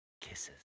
kisses